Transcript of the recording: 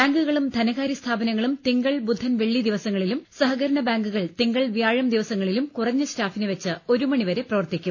ബാങ്കുകളും ധനകാര്യ സ്ഥാപനങ്ങളും തിങ്കൾ ബുധൻ വെള്ളി ദിവസങ്ങളിലും സഹകരണ ബാങ്കുകൾ തിങ്കൾ വ്യാഴം ദിവസങ്ങളിലും കുറഞ്ഞ സ്റ്റാഫിനെ വെച്ച് ഒരു മണിവരെ പ്രവർത്തിക്കും